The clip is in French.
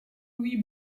louis